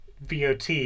VOT